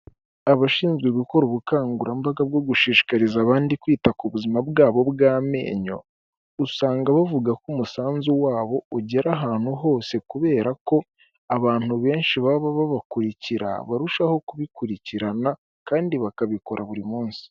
Abashinzwe gukora ubukangurambaga bwo gushishikariza abandi kwita ku buzima bwabo bw'amenyo, usanga bavuga ko umusanzu wabo ugera ahantu hose kubera ko abantu benshi baba babakurikira barushaho kubikurikirana kandi bakabikora buri munsi.